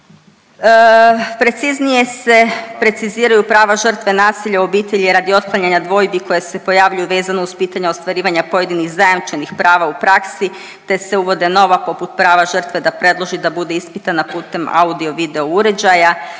Preciznije se preciziraju prava žrtve nasilja u obitelji radi otklanjanja dvojbi koja se pojavljuju vezano uz pitanje ostvarivanja pojedinih zajamčenih prava u praksi te se uvode nova poput prava žrtve da predloži da bude ispitana putem audio video uređaja.